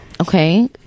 okay